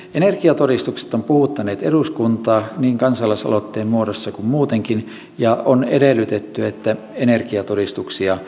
energiatodistukset ovat puhuttaneet eduskuntaa niin kansalaisaloitteen muodossa kuin muutenkin ja on edellytetty että energiatodistuksia muutetaan